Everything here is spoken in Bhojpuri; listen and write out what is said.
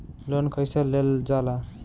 लोन कईसे लेल जाला?